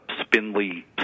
spindly